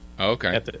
Okay